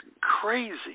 crazy